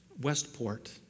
Westport